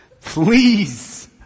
Please